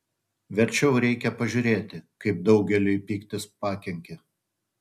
verčiau reikia pažiūrėti kaip daugeliui pyktis pakenkė